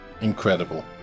Incredible